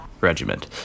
regiment